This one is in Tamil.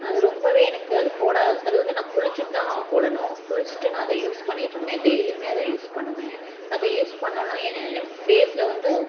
அது ரொம்பவே எனக்கு அது போட அது வந்து நான் குளித்துட்டு தான் போடணும் குளித்துட்டு நான் அதை யூஸ் பண்ணிட்டு இருந்தேன் டெய்லியுமே அதை யூஸ் பண்ணுவேன் அதை யூஸ் பண்ணோடன என்ன என் ஃபேஸில் வந்து